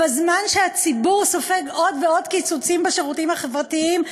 בזמן שהציבור סופג עוד ועוד קיצוצים בשירותים החברתיים,